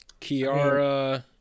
Kiara